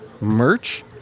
merch